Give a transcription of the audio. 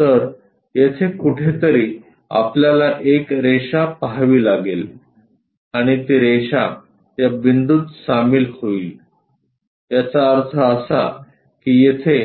तर येथे कुठेतरी आपल्याला एक रेषा पहावी लागेल आणि ती रेषा या बिंदूत सामील होईल याचा अर्थ असा की येथे